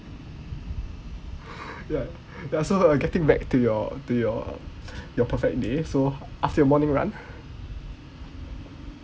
ya ya so uh getting back to your to your your perfect day after your morning run